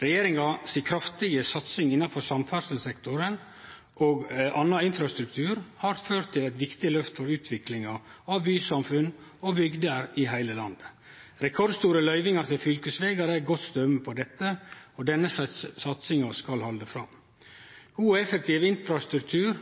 Regjeringa si kraftige satsing innanfor samferdselssektoren og annan infrastruktur har ført til eit viktig løft for utviklinga av bysamfunn og bygder i heile landet. Rekordstore løyvingar til fylkesvegar er eit godt døme på dette, og denne satsinga skal halde fram. God og effektiv infrastruktur